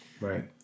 Right